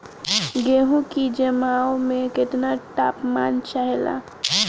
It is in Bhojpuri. गेहू की जमाव में केतना तापमान चाहेला?